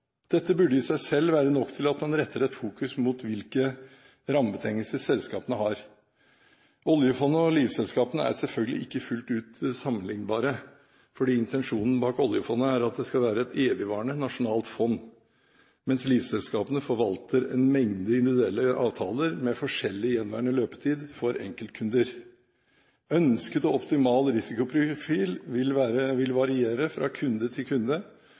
Dette burde i seg selv være nok til at man retter et fokus mot hvilke rammebetingelser selskapene har. Oljefondet og livselskapene er selvfølgelig ikke fullt ut sammenlignbare, fordi intensjonen bak oljefondet er at det skal være et evigvarende, nasjonalt fond, mens livselskapene forvalter en mengde individuelle avtaler med forskjellig gjenværende løpetid for enkeltkunder. Ønsket om optimal risikoprofil vil variere fra kunde til kunde